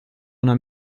una